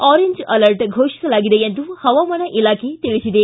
orange alert ಫೋಷಿಸಲಾಗಿದೆ ಎಂದು ಹವಾಮಾನ ಇಲಾಖೆ ತಿಳಿಸಿದೆ